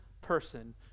person